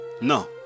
No